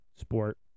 sport